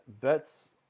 VETS